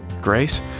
grace